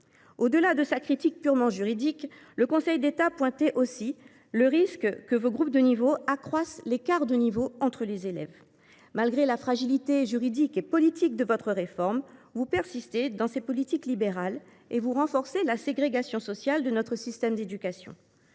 Au delà de sa critique purement juridique, le Conseil d’État a également pointé le risque que vos groupes de niveaux n’accentuent encore l’écart de niveau entre les élèves. Malgré la fragilité juridique et politique de votre réforme, vous persistez dans ces politiques libérales et vous renforcez la ségrégation sociale de notre système d’éducation.